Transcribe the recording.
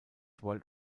world